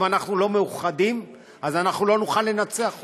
אם אנחנו לא מאוחדים, אנחנו לא נוכל לנצח אותם.